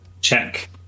check